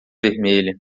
vermelha